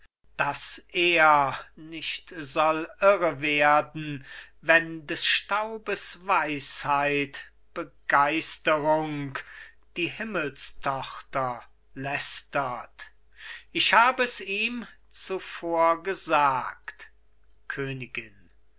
daß er nicht soll irre werden wenn des staubes weisheit begeisterung die himmelstochter lästert ich hab es ihm zuvor gesagt königin